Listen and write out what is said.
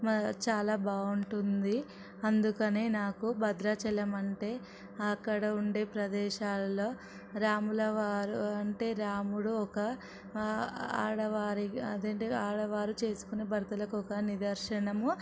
చాలా బాగుంటుంది అందుకనే నాకు భద్రాచలం అంటే అక్కడ ఉండే ప్రదేశాలలో రాములవారు అంటే రాముడు ఒక ఆడవారికి అదేంటి ఆడవారు చేసుకునే భర్తలకు ఒక నిదర్శనం